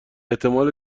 احتمال